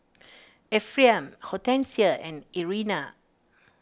Ephriam Hortencia and Irena